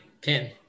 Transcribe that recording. pin